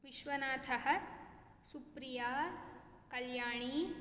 विश्वनाथः Supriya Kalyani